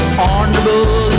honorable